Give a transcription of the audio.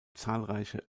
zahlreiche